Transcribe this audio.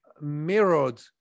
mirrored